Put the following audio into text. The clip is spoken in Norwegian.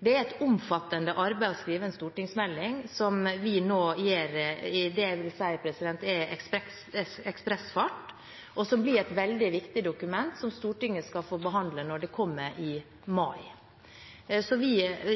er et omfattende arbeid å skrive en stortingsmelding, som vi nå gjør i – det jeg vil kalle – ekspressfart, og som blir et veldig viktig dokument som Stortinget skal få behandle når det kommer i mai. Så vi